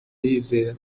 yizera